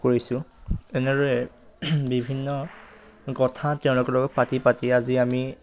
কৰিছোঁ এনেদৰে বিভিন্ন কথা তেওঁলোকৰ লগত পাতি পাতি আজি আমি